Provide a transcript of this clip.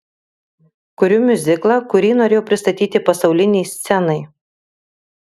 kuriu miuziklą kurį norėjau pristatyti pasaulinei scenai